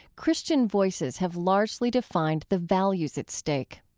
christian voices have largely defined the values at stake.